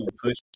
push